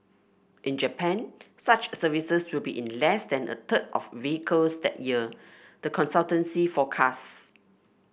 in Japan such services will be in less than a third of vehicles that year the consultancy forecasts